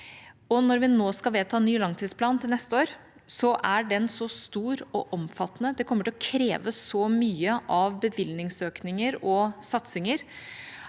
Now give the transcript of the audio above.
Når vi skal vedta ny langtidsplan til neste år, er den så stor og omfattende og kommer til å kreve så mye av bevilgningsøkninger og satsinger